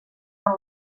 van